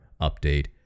update